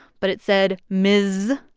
but it said ms.